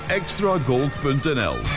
extragold.nl